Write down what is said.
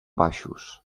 baixos